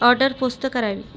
order पोचती करावी